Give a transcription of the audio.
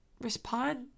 respond